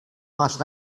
last